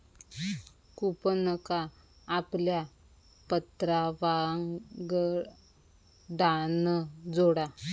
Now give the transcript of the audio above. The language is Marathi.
कूपनका आपल्या पत्रावांगडान जोडा